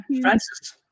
Francis